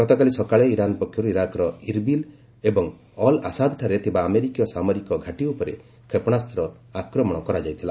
ଗତକାଲି ସକାଳେ ଇରାନ୍ ପକ୍ଷରୁ ଇରାକ୍ର ଇର୍ବିଲ୍ ଏବଂ ଅଲ୍ ଆସାଦ୍ଠାରେ ଥିବା ଆମେରିକୀୟ ସାମରିକ ଘାଟୀ ଉପରେ କ୍ଷେପଣାସ୍ତ ଆକ୍ରମଣ କରାଯାଇଥିଲା